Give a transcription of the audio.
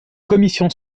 commission